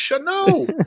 No